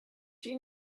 she